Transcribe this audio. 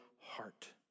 heart